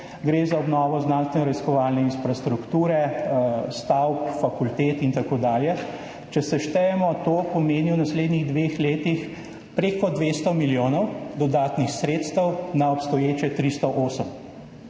gre za obnovo znanstvenoraziskovalne infrastrukture, stavb, fakultet in tako dalje, če seštejemo, to pomeni v naslednjih dveh letih preko 200 milijonov dodatnih sredstev na obstoječe 308.